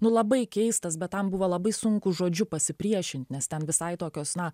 nu labai keistas bet tam buvo labai sunku žodžiu pasipriešint nes ten visai tokios na